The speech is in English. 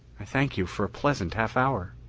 i thank you for a pleasant half-hour.